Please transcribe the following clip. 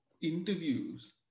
interviews